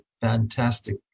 fantastic